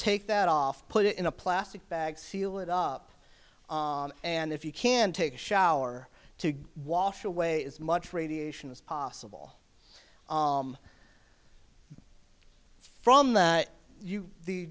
take that off put it in a plastic bag seal it up and if you can take a shower to wash away as much radiation as possible from that you the